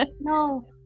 no